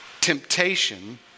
temptation